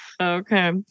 Okay